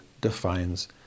defines